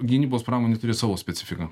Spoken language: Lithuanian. gynybos pramonė turi savo specifiką